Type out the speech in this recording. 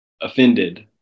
offended